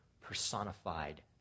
personified